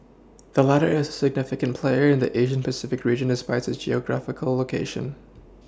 the latter is a significant player in the Asia Pacific region despite its geographical location